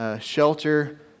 shelter